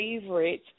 favorite